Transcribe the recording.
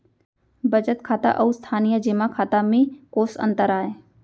बचत खाता अऊ स्थानीय जेमा खाता में कोस अंतर आय?